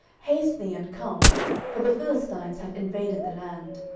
haste thee, and come for the philistines have invaded the land.